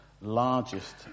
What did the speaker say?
largest